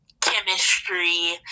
chemistry